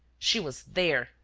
she was there,